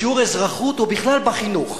בשיעור אזרחות, או בכלל בחינוך,